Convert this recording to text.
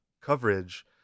coverage